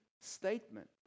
statement